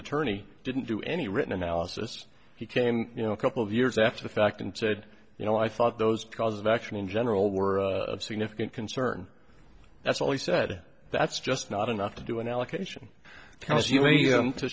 attorney didn't do any written analysis he came you know a couple of years after the fact and said you know i thought those cause of action in general were of significant concern that's all he said that's just not enough to do an allocation